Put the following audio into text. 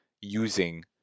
using